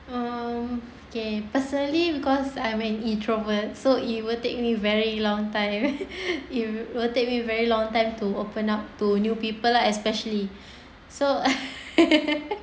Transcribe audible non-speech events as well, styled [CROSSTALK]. um okay personally because I am an introvert so it will take me very long time [LAUGHS] it will take me very long time to open up to new people lah especially so [LAUGHS]